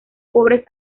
pobres